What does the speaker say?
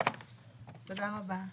תודה רבה.